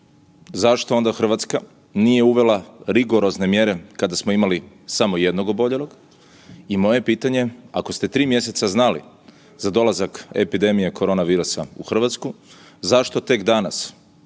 zašto onda Hrvatska nije uvela rigorozne mjere kada smo imali samo jednog oboljelog? I moje pitanje ako ste 3 mjeseca znali za dolazak epidemije korona virusa u Hrvatsku zašto tek danas,